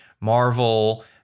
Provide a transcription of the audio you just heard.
Marvel